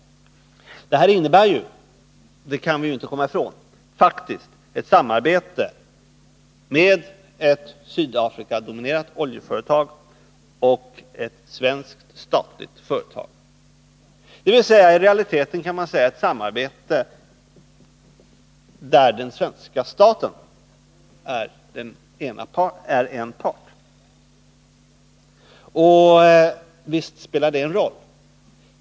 Detta innebär — det kan vi inte komma ifrån — faktiskt ett samarbete mellan ett Sydafrikadominerat oljeföretag och ett svenskt statligt företag, dvs. i realiteten ett samarbete där den svenska staten är en part. Och visst spelar det en roll.